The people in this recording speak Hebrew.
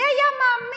מי היה מאמין?